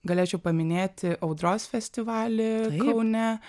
galėčiau paminėti audros festivalį kaune